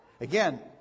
again